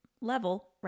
level